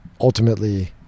ultimately